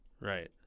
Right